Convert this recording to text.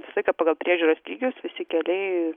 visą laiką pagal priežiūros lygius visi keliai